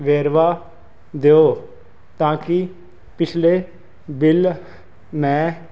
ਵੇਰਵਾ ਦਿਓ ਤਾਂ ਕਿ ਪਿਛਲੇ ਬਿੱਲ ਮੈਂ